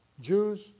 Jews